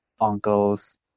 uncles